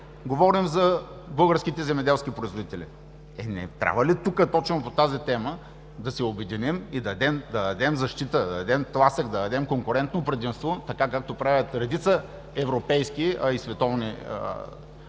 говорим за българските земеделски производители. Не трябва ли точно тук по тази тема да се обединим и да дадем защита, да дадем тласък, да дадем конкурентно предимство – както правят редица европейски и световни държави,